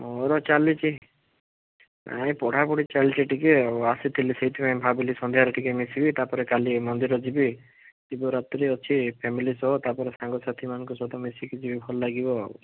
ମୋର ଚାଲିଛି ନାହିଁ ପଢ଼ାପଢ଼ି ଚାଲିଛି ଟିକିଏ ଆଉ ଆସିଥିଲି ସେଇଥିପାଇଁ ଭାବିଲି ସନ୍ଧ୍ୟାରେ ଟିକିଏ ମିଶିବି ତାପରେ କାଲି ମନ୍ଦିର ଯିବି ଟିକିଏ ରାତିରେ ଅଛି ଫ୍ୟାମିଲି ସହ ତାପରେ ସାଙ୍ଗସାଥିମାନଙ୍କ ସହିତ ମିଶିକି ଯିବି ଭଲ ଲାଗିବ ଆଉ